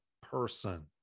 person